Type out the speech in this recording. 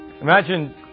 Imagine